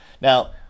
Now